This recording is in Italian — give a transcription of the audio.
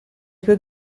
due